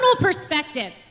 perspective